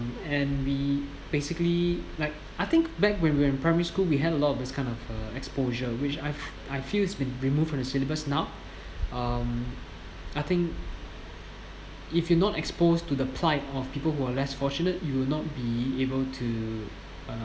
and we basically like I think back when we were in primary school we had a lot of this kind of uh exposure which I've I feel it's been removed from the syllabus now um I think if you are not exposed to the plight of people who are less fortunate you'll not be able to uh